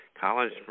college